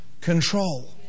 control